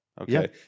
Okay